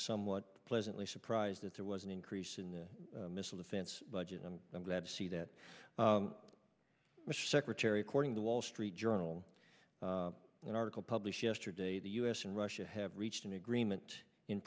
somewhat pleasantly surprised that there wasn't a crease in the missile defense budget and i'm glad to see that mr secretary cording the wall street journal an article published yesterday the u s and russia have reached an agreement in